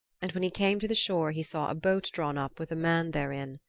and when he came to the shore he saw a boat drawn up with a man therein.